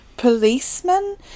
policeman